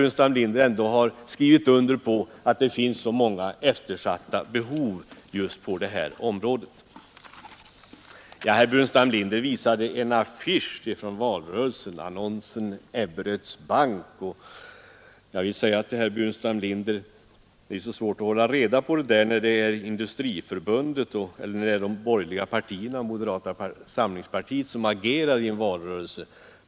Eller finns det inte många eftersatta behov på det här området? Herr Burenstam Linder visade upp en annons från valrörelsen om Ebberöds bank. Ja, det är svårt att hålla reda på när det är Industriförbundet eller de borgerliga partierna eller moderata samlingspartiet som agerar i en valrörelse.